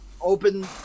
open